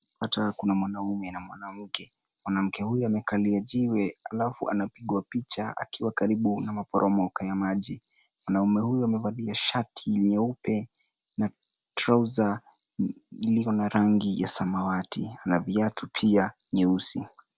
Hata kuna mwanaume na mwanamke, mwanamke huyu amekalia jiwe alafu anapigwa picha akiwa karibu na maporomoko ya maji. Mwanaume huyu amevalia shati nyeupe na trouser iliyo na rangi ya samawati na viatu pia nyeusi.